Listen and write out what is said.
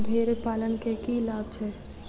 भेड़ पालन केँ की लाभ छै?